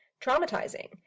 traumatizing